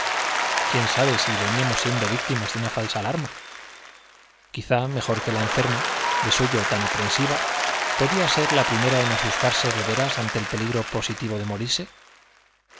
quién sabe si veníamos siendo víctimas de una falsa alarma jquiér mejor queia enferma de suyo tan aprensiva podía ser la primera en asustarse de veras ante el peligro positivo de morirse